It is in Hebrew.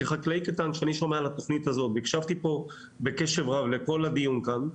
שאני שומע על התוכנית הזאת והקשבתי פה בקשב רב לכל הדיון כאן,